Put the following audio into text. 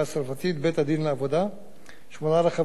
שמונה רכבים אשר נוקבו צמיגיהם.